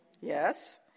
Yes